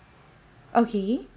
okay